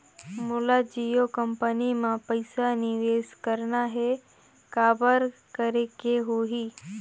मोला जियो कंपनी मां पइसा निवेश करना हे, काबर करेके होही?